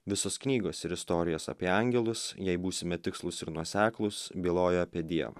visos knygos ir istorijos apie angelus jei būsime tikslūs ir nuoseklūs byloja apie dievą